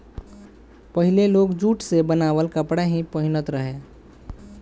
पहिले लोग जुट से बनावल कपड़ा ही पहिनत रहे